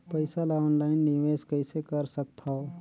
पईसा ल ऑनलाइन निवेश कइसे कर सकथव?